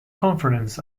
conferences